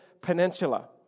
Peninsula